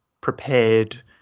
prepared